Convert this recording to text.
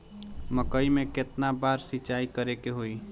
मकई में केतना बार सिंचाई करे के होई?